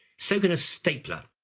so can a stapler,